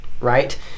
right